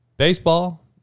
Baseball